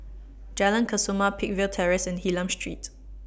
Jalan Kesoma Peakville Terrace and Hylam Street